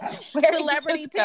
Celebrity